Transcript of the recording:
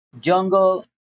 jungle